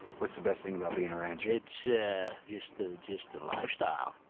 what's the best thing about being a rancher? it's ah just the just the lifestyle.